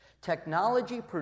Technology